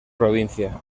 provincia